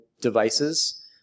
devices